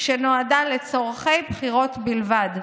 שנועדה לצורכי בחירות בלבד.